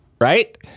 Right